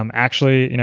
um actually, you know